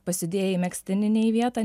pasidėjai megztinį ne į vietą